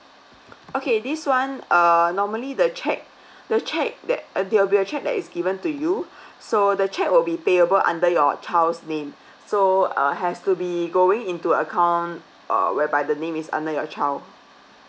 okay this one uh normally the cheque the cheque that uh there will be a cheque that is given to you so the cheque will be payable under your child's name so uh has to be going into account uh whereby the name is under your child